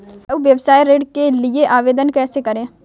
लघु व्यवसाय ऋण के लिए आवेदन कैसे करें?